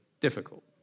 difficult